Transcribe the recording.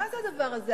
מה זה הדבר הזה?